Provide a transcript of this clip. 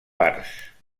parts